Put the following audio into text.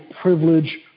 privilege